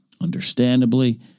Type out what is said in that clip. understandably